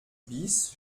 bis